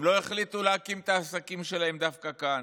הם לא החליטו להקים את העסקים שלהם דווקא כאן,